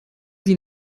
sie